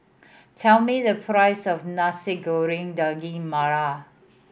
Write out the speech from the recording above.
tell me the price of Nasi Goreng Daging Merah